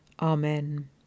Amen